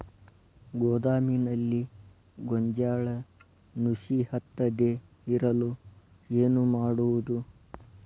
ಗೋದಾಮಿನಲ್ಲಿ ಗೋಂಜಾಳ ನುಸಿ ಹತ್ತದೇ ಇರಲು ಏನು ಮಾಡುವುದು?